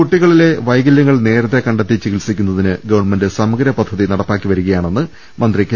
കുട്ടികളിലെ വൈകല്യങ്ങൾ നേരത്തെ കണ്ടെത്തി ചികി ത്സിക്കുന്നതിന് ഗവൺമെന്റ് സമഗ്ര പദ്ധതി നടപ്പാക്കി വരി കയാണെന്ന് മന്ത്രി കെ